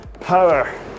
power